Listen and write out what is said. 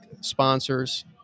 sponsors